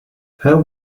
how